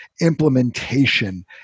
implementation